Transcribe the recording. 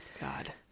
god